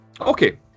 Okay